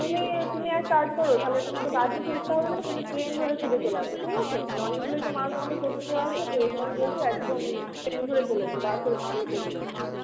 তুমি তুমি এক কাজ করো তাহলে তোমাকে বাসে ফিরতে হবেনা তুমি ট্রেন ধরে ফিরে চলে আসো ঠিক আছে মানে অনেকগুলোই মাল তোমাকে করতে দেওয়া আছে তো ওইজন্য বলছি একদম ট্রেন ধরে চলে এসো বাসে ইয়ে করোনা